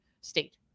state